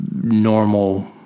normal –